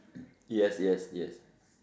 yes yes yes